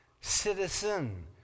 Citizen